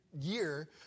year